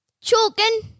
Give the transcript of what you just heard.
Choking